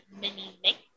mini-mix